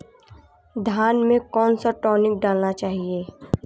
धान में कौन सा टॉनिक डालना चाहिए?